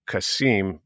Kasim